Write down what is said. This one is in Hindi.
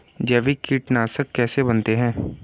जैविक कीटनाशक कैसे बनाते हैं?